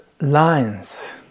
lines